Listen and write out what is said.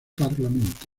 parlamento